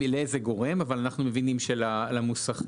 לאיזה גורם, אנחנו מבינים שלמוסכים.